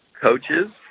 coaches